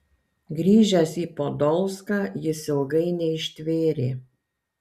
grįžęs į podolską jis ilgai neištvėrė